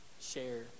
share